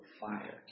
fire